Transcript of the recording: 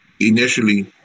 initially